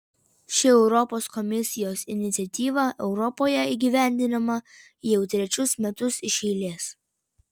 ši europos komisijos iniciatyva europoje įgyvendinama jau trečius metus iš eilės